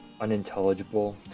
unintelligible